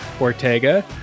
ortega